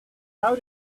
how